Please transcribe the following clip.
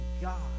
God